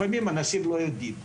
לפעמים אנשים לא יודעים.